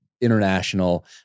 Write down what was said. international